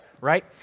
right